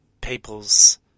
people's